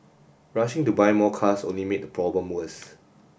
rushing to buy more cars only made the problem worse